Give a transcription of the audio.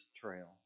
trail